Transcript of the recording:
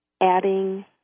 adding